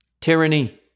tyranny